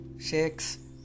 shakes